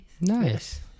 nice